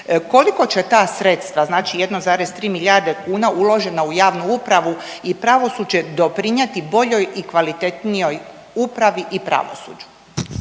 Koliko će ta sredstva znači 1,3 milijarde kuna uložena u javnu i pravosuđe doprinijeti boljoj i kvalitetnoj upravi i pravosuđu?